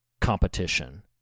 competition